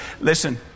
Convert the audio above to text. Listen